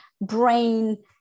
brain